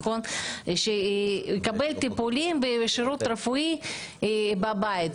כדי שיקבל טיפולים ושירות רפואי בבית.